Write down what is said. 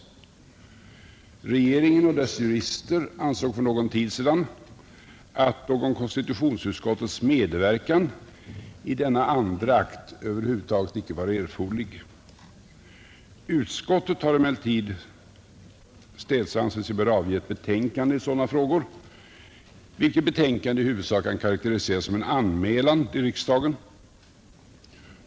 Regeringen och dess jurister ansåg för någon tid sedan att någon konstitutionsutskottets medverkan i denna andra akt över huvud taget inte var erforderlig. Utskottet har emellertid städse ansett sig böra avge ett betänkande i sådana frågor, vilket betänkande i huvudsak kan karakteriseras som en anmälan till riksdagen.